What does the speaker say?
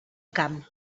camp